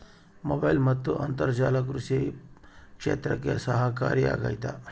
Mobile ಮತ್ತು ಅಂತರ್ಜಾಲ ಕೃಷಿ ಕ್ಷೇತ್ರಕ್ಕೆ ಸಹಕಾರಿ ಆಗ್ತೈತಾ?